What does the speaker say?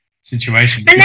situation